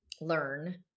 learn